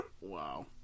wow